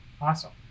awesome